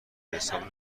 حساب